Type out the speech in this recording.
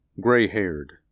Gray-haired